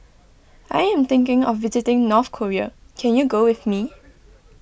I am thinking of visiting North Korea can you go with me